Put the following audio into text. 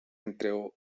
entre